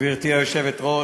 גברתי היושבת-ראש,